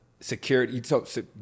security